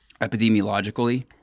epidemiologically